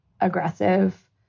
aggressive